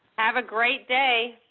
have a great day,